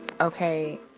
okay